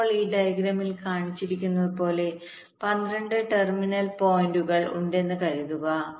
ഇപ്പോൾ ഈ ഡയഗ്രാമിൽ കാണിച്ചിരിക്കുന്നതുപോലെ 12 ടെർമിനൽ പോയിന്റുകൾഉണ്ടെന്ന് കരുതുക